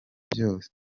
byose